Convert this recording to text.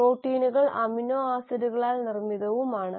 പ്രോട്ടീനുകൾ അമിനോ ആസിഡുകളാൽ നിർമ്മിതവുമാണ്